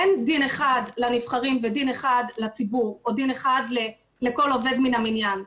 אין דין אחד לנבחרים ודין אחד לציבור או דין אחד לכל עובד מן המניין,